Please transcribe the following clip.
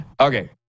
Okay